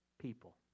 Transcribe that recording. people